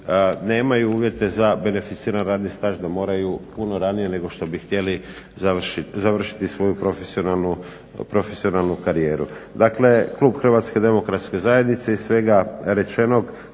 nemaju uvjete za beneficirani radni staž da moraju puno ranije nego što bi htjeli završiti svoju profesionalnu karijeru. Dakle, klub Hrvatske demokratske zajednice iz svega rečenog